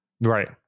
Right